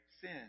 sin